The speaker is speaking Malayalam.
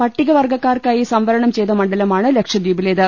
പട്ടിക വർഗ്ഗക്കാർക്കായി സംവരണം ചെയ്ത മണ്ഡലമാണ് ലക്ഷദ്വീപിലേത്